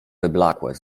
wyblakłe